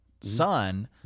son